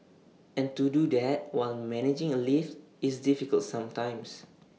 and to do that while managing A lift is difficult sometimes